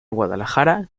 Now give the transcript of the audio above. guadalajara